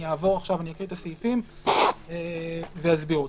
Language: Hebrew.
אני אקרא את הסעיפים ואסביר אותם.